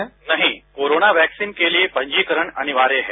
उत्तर नहीं corona vaccine के लिए पंजीकरण अनिवार्य है